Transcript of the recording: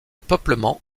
peuplement